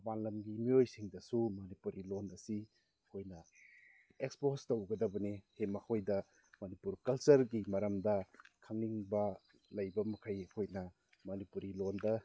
ꯃꯄꯥꯟ ꯂꯝꯒꯤ ꯃꯤꯑꯣꯏꯁꯤꯡꯗꯁꯨ ꯃꯅꯤꯄꯨꯔꯤ ꯂꯣꯟ ꯑꯁꯤ ꯑꯩꯈꯣꯏꯅ ꯑꯦꯛꯁꯄꯣꯁ ꯇꯧꯒꯗꯕꯅꯤ ꯃꯈꯣꯏꯗ ꯃꯅꯤꯄꯨꯔ ꯀꯜꯆꯔꯒꯤ ꯃꯔꯝꯗ ꯈꯪꯅꯤꯡꯕ ꯂꯩꯕ ꯃꯈꯩ ꯑꯩꯈꯣꯏꯅ ꯃꯅꯤꯄꯨꯔꯤ ꯂꯣꯟꯗ